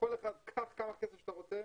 כל אחד קח כמה כסף שאתה רוצה,